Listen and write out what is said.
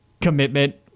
commitment